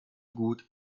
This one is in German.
gut